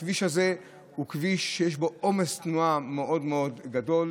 הכביש הזה הוא כביש שיש בו עומס תנועה מאוד מאוד גדול: